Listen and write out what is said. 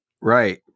right